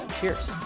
Cheers